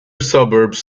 suburbs